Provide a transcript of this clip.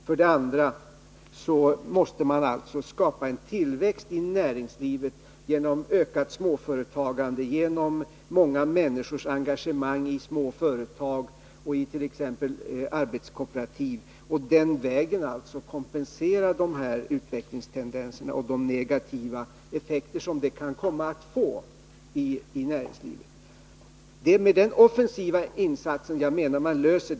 För det andra måste det ske en tillväxt i näringslivet genom ökat småföretagande, genom många människors engagemang i små företag och i t.ex. arbetskooperativ. På det sättet får man kompensera utvecklingstendenserna och de negativa effekter som de kan få för näringslivet. Problemen skall alltså lösas med offensiva insatser.